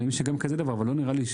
אני מאמין שגם כזה דבר, אבל לא נראה לי.